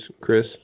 Chris